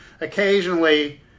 Occasionally